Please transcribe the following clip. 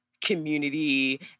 Community